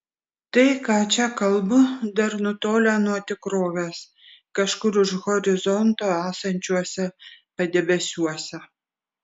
tai ką čia kalbu dar nutolę nuo tikrovės kažkur už horizonto esančiuose padebesiuose